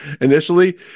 initially